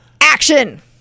Action